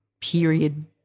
period